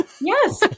Yes